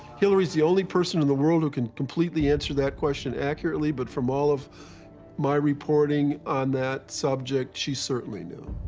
hillary is the only person in the world who can completely answer that question accurately, but from all of my reporting on that subject, she certainly knew.